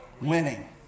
Winning